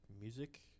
music